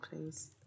please